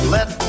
Let